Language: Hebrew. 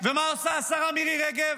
ומה עושה השרה מירי רגב?